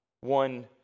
one